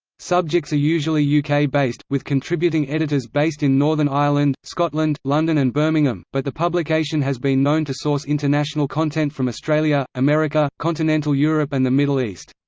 subjects are usually uk-based, with contributing editors based in northern ireland, scotland, london and birmingham, but the publication has been known to source international content from australia, america, continental europe and the middle east.